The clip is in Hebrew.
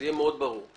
זה יהיה ברור מאוד: